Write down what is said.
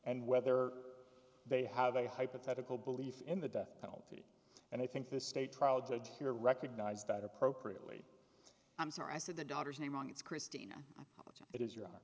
and whether they have a hypothetical belief in the death penalty and i think the state trial judge here recognized that appropriately i'm sorry i said the daughter's name wrong it's christina which it is your